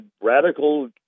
radical